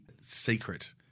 secret